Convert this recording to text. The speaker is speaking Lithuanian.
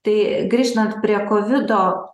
tai grįžtant prie kovido